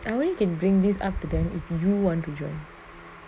I only can bring this up to them if you want to join